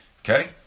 okay